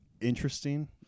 interesting